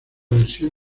versión